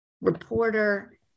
reporter